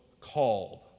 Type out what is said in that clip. called